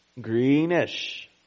Greenish